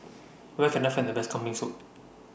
Where Can I Find The Best Kambing Soup